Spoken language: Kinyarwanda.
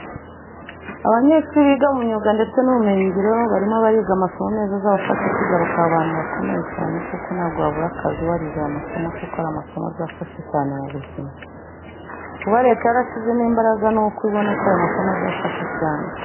Abanyeshuri biga mu myuga ndetse n'ubumenyingiro barimo bariga amasomo meza azabafasha kwiga bakaba abantu bakomeye cyane kuko ntabwo wabura akazi warize aya masomo kuko ni amasomo afasha cyane mu buzima. Kuba leta yarashyizemo imbaraga ni uko ibona ko aya masomo azafasha cyane.